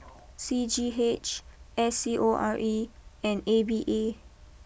C G H S C O R E and A V A